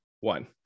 one